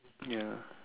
ya